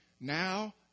Now